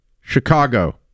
Chicago